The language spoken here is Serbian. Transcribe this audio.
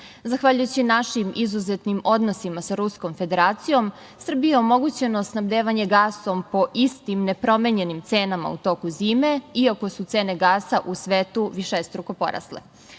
nezavisna. Zahvaljujući našim izuzetnim odnosima sa Ruskom Federacijom Srbiji je omogućeno snabdevanje gasom po istim nepromenjenim cenama u toku zime, iako su cene gasa u svetu višestruko porasle. Velika